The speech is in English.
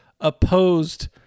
opposed